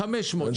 500,